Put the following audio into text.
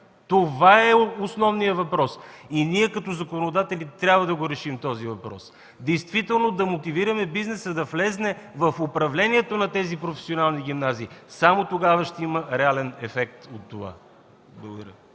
Това е основният въпрос и ние като законодатели трябва да решим този въпрос – действително да мотивираме бизнеса да навлезе в управлението на тези професионални гимназии. Само тогава ще има реален ефект от това.